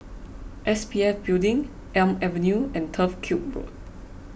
S P F Building Elm Avenue and Turf Ciub Road